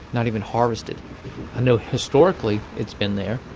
not even harvested. i know historically it's been there,